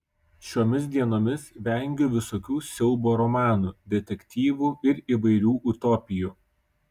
šiomis dienomis vengiu visokių siaubo romanų detektyvų ir įvairių utopijų